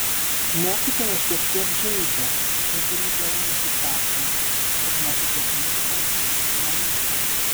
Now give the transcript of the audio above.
mokytoją šiek tiek žeidžia kai kurių tėvų nusistatymas kad mokytis muzikos nerimta